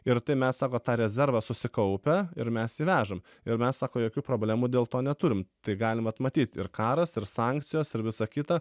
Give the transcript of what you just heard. ir tai mes sako tą rezervą susikaupę ir mes jį vežam ir mes sako jokių problemų dėl to neturim tai galim vat matyt ir karas ir sankcijos ir visa kita